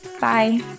Bye